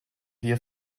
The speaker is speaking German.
wir